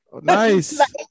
Nice